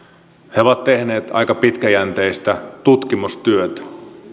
he ovat tehneet aika pitkäjänteistä tutkimustyötä